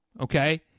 Okay